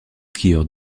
skieurs